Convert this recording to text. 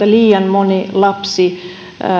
liian moni lapsi